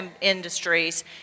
industries